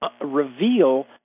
reveal